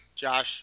Josh